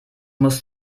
muss